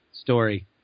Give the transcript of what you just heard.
story